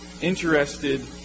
interested